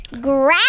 grab